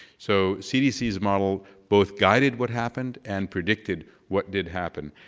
so cdc's model both guided what happened and predicted what did happen.